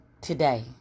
today